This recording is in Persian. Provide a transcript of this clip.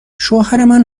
شوهرمن